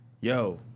yo